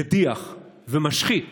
מדיח ומשחית